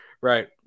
right